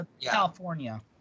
California